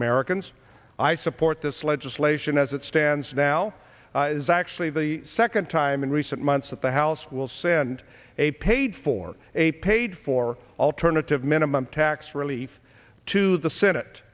americans i support this legislation as it stands now is actually the second time in recent months that the house will send a paid for a paid for alternative minimum tax relief to the senate